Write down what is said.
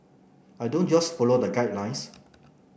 I don't just follow the guidelines